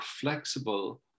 flexible